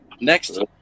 Next